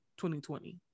2020